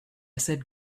said